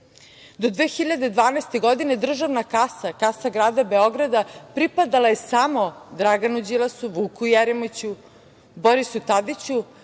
2012. godine državna kasa, kasa grada Beograda pripadala je samo Draganu Đilasu, Vuku Jeremiću, Borisu Tadiću,